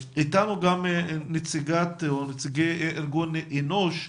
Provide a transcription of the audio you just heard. איתנו גם נציגי ארגון אנוש,